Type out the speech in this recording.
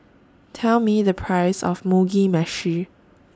Tell Me The Price of Mugi Meshi